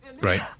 Right